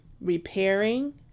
repairing